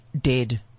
dead